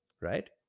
right